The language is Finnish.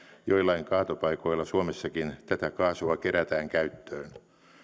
joillain kaatopaikoilla suomessakin tätä kaasua kerätään käyttöön